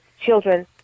children